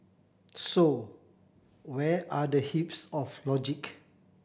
so where are the heaps of logic